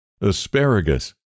Asparagus